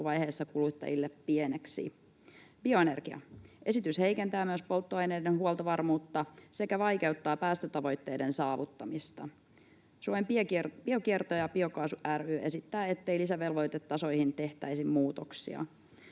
alkuvaiheessa kuluttajille pieneksi. Bioenergia ry: esitys heikentää myös polttoaineiden huoltovarmuutta sekä vaikeuttaa päästötavoitteiden saavuttamista. Suomen Biokierto ja Biokaasu ry esittää, ettei lisävelvoitetasoihin tehtäisi muutoksia.